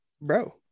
bro